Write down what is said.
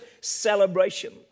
celebration